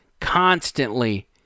constantly